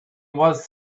was